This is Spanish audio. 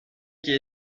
que